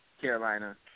Carolina